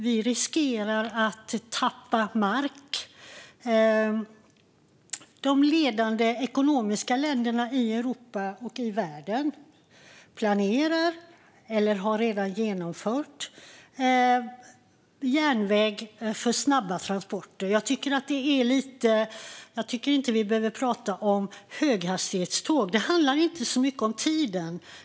Vi riskerar att tappa mark. De ledande ekonomierna i Europa och i världen planerar eller har redan genomfört järnväg för snabba transporter. Jag tycker inte att vi behöver prata om höghastighetståg, för det handlar inte så mycket om tiden.